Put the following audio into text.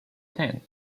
ten